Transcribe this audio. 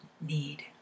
need